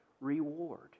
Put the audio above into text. reward